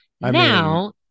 Now